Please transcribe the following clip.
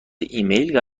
ایمیل